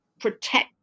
protect